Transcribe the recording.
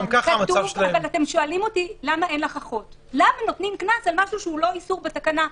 אתם שואלים למה נותנים קנס על משהו שאינו איסור בתקנה.